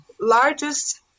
largest